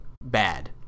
bad